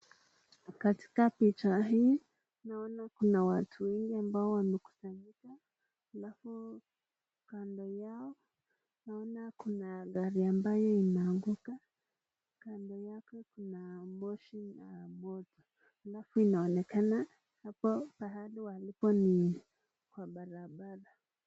Katika picha hii, naona kuna watu wengi ambao wamekusanyika. Halafu kando yao, naona kuna gari ambayo inaanguka. Kando yake, kuna moshi na moto. Halafu inaonekana hapa pahali walipo ni kwa barabara.